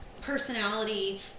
Personality